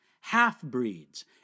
half-breeds